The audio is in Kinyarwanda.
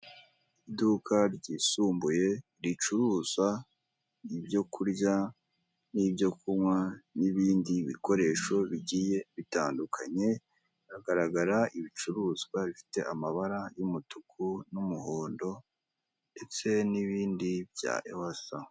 Iduka ryisumbuye ricuruza ibyokurya n'ibyokunywa n'ibindi bikoresho bigiye bitandukanye, hagaragara ibicuruzwa bifite amabara y'umutuku n'umuhondo ndetse n'ibindi bya ewasa.